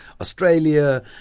Australia